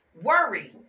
Worry